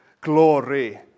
glory